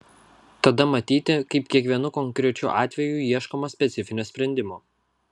tada matyti kaip kiekvienu konkrečiu atveju ieškoma specifinio sprendimo